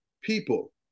people